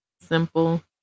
simple